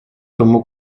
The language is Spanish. tomó